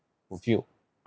fulfilled